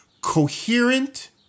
coherent